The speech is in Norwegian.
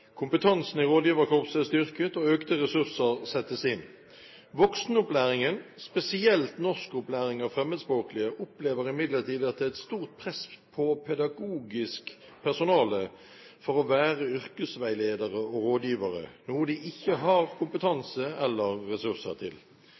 Kompetansen i rådgiverkorpset er styrket, og økte ressurser settes inn. Voksenopplæringen, spesielt norskopplæring av fremmedspråklige, opplever imidlertid at det er stort press på pedagogisk personale for å være yrkesveiledere og rådgivere, noe de ikke har